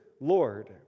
Lord